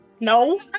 No